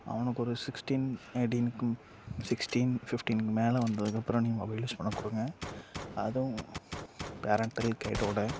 அவனுக்கு ஒரு சிக்ஸ்டீன் எயிட்டீன்க்கு சிக்ஸ்டீன் ஃபிஃப்டீன்க்கு மேலே வந்ததுக்கப்புறம் நீங்கள் மொபைல் யூஸ் பண்ண கொடுங்க அதும் பேரெண்ட்டல் கைடோடு